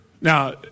Now